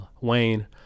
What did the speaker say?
wayne